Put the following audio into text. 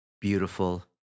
Beautiful